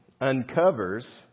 uncovers